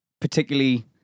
particularly